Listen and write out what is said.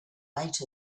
light